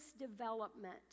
development